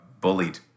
bullied